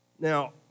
Now